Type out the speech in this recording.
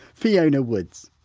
fiona woods.